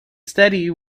steady